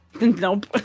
Nope